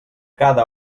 cada